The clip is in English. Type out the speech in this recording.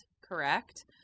correct